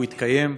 והוא התקיים.